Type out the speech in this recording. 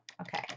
okay